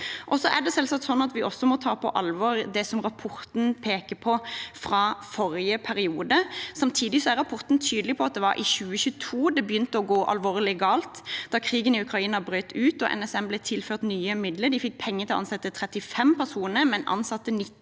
Vi må også ta på alvor det rapporten peker på fra forrige periode. Samtidig er rapporten tydelig på at det var i 2022 det begynte å gå alvorlig galt – da krigen i Ukraina brøt ut og NSM ble tilført nye midler. De fikk penger til å ansette 35 personer, men ansatte 90.